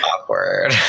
Awkward